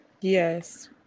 Yes